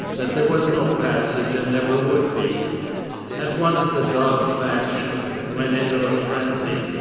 that there was no passage and never would be at once the dobbs faction went into a frenzy.